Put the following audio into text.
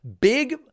big